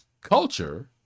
culture